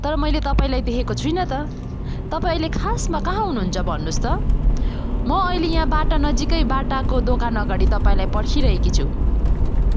तर मैले तपाईँलाई देखेको छुइनँ त तपाईँ अहिले खासमा कहाँ हुनु हुन्छ भन्नु होस् त म अहिले यहाँ बाटा नजिकै बाटाको दोकान अगाडि तपाईँलाई पर्खिरहेकी छु